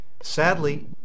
Sadly